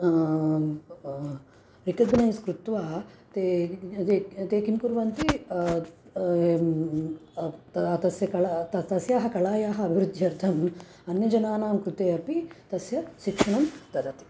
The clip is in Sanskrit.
रिकग्नैस् कृत्वा ते क क इदे ते किं कुर्वन्ति त तस्य कला त तस्याः कलायाः अभिवृद्ध्यर्थम् अन्यजनानं कृते अपि तस्य शिक्षणं ददति